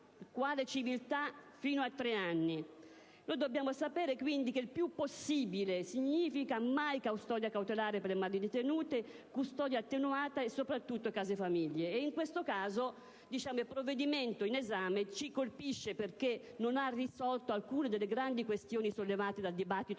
per reati non commessi. Noi dobbiamo sapere, quindi, che «il più possibile» significa: mai custodia cautelare per le madri detenute, custodia attenuata e, soprattutto, case famiglia. In questo caso, il provvedimento in esame ci colpisce perché non ha risolto alcune delle grandi questioni sollevate dal dibattito